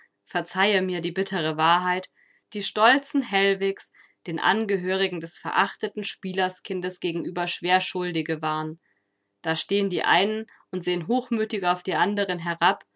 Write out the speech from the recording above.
verzeihe mir die bittere wahrheit die stolzen hellwigs den angehörigen des verachteten spielerskindes gegenüber schwerschuldige waren da stehen die einen und sehen hochmütig auf die anderen herab